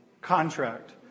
contract